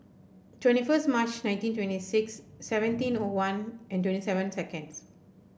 twenty first March nineteen twenty six seventeen O one and twenty seven seconds